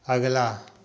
अगला